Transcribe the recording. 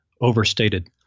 overstated